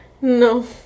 no